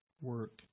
work